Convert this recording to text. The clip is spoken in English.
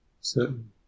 certain